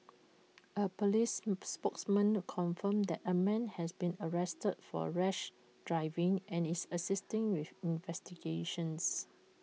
A Police spokesman confirmed that A man has been arrested for rash driving and is assisting with investigations